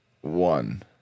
One